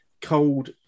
cold